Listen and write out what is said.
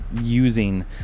using